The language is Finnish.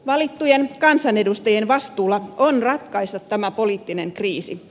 valittujen kansanedustajien vastuulla on ratkaista tämä poliittinen kriisi